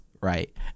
right